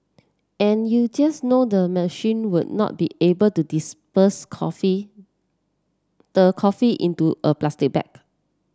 and you just know the machine would not be able to dispense coffee the coffee into a plastic bag